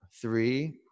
Three